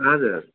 हजुर